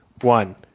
One